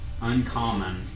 uncommon